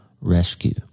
Rescue